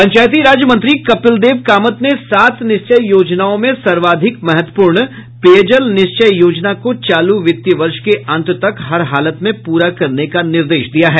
पंचायती राज मंत्री कपिल देव कामत ने सात निश्चय योजनाओं में सर्वाधिक महत्वपूर्ण पेयजल निश्चय योजना को चालू वित्तीय वर्ष के अन्त तक हर हालत में पूरा करने का निर्देश दिया है